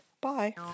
Bye